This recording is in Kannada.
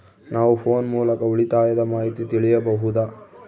ನಾವು ಫೋನ್ ಮೂಲಕ ಉಳಿತಾಯದ ಮಾಹಿತಿ ತಿಳಿಯಬಹುದಾ?